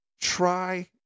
try